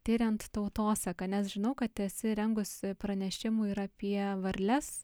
tiriant tautosaką nes žinau kad esi rengusi pranešimų ir apie varles